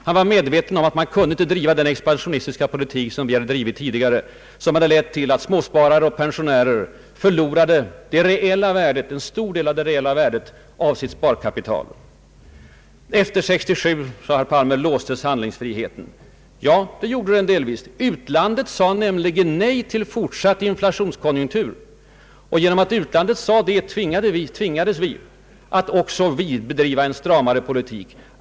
Han blev medveten om att det inte gick att driva den expansionistiska politik som tidigare hade drivits och som hade lett till att småsparare och pensionärer förlorat en stor del av det reella värdet av sitt sparkapital. Efter år 1967, sade herr Palme, låstes handlingsfriheten. Ja, det skedde delvis. Utlandet sade nämligen nej till fortsatt inflationskonjunktur, och genom att utlandet gjorde det tvingades också vi att driva en stramare politik.